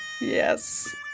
yes